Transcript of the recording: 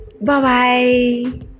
Bye-bye